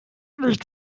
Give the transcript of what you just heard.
nicht